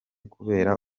kubera